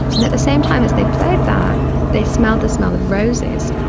and at the same time as they played that they smelled the smell of roses.